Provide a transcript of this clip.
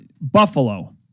Buffalo